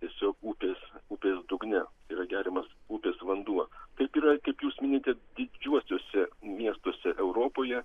tiesiog upės upės dugne yra geriamas upės vanduo taip yra kaip jūs minite didžiuosiuose miestuose europoje